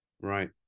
Right